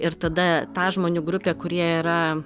ir tada tą žmonių grupę kurie yra